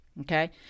okay